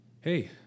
Hey